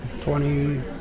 Twenty